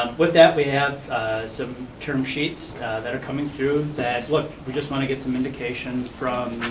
with that, we have some term sheets that are coming through that, look, we just wanna get some indication from